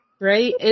Right